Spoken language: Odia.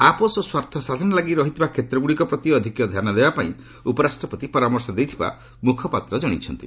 ଆପୋଷ ସ୍ୱାର୍ଥ ସାଧନା ଲାଗି ରହିଥିବା କ୍ଷେତ୍ରଗୁଡ଼ିକ ପ୍ରତି ଅଧିକ ଧ୍ୟାନ ଦେବା ପାଇଁ ଉପରାଷ୍ଟ୍ରପତି ପରାମର୍ଶ ଦେଇଥିବା ମୁଖପାତ୍ର ଜଣାଇଛନ୍ତି